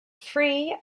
free